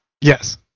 Yes